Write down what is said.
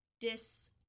dis